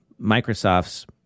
Microsoft's